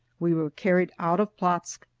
we were carried out of plotzk,